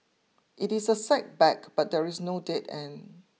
it is a setback but there is no dead end